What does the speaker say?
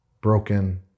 broken